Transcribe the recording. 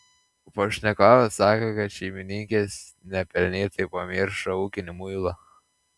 pašnekovė sako kad šeimininkės nepelnytai pamiršo ūkinį muilą